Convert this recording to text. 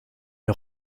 est